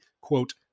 quote